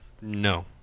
No